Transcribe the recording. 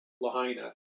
Lahaina